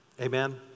Amen